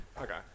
Okay